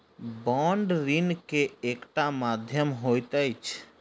bond ऋण के एकटा माध्यम होइत अछि